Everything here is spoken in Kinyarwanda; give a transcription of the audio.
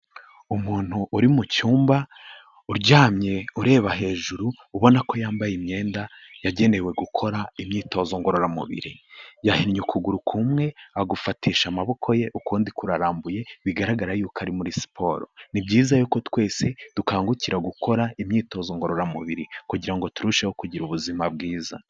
Umuntu uri mu cyumba uryamye ureba hejuru ubona ko yambaye imyenda yagenewe gukora imyitozo ngororamubiri yahinnye ukuguru kumwe agufatisha amaboko ye ukundi kurarambuye bigaragara yuko ari muri siporo ni byiza yuko twese dukangukira gukora imyitozo ngororamubiri kugirango ngo turusheho kugira ubuzima bwiza.